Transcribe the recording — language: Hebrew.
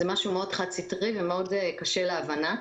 זה משהו חד-סטרי וקשה להבנה.